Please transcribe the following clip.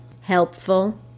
helpful